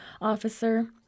officer